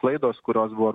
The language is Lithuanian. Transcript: klaidos kurios buvo